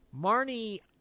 Marnie